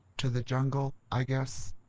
to the jungle, i guess?